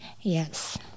Yes